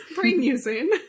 Brain-using